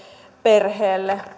perheelle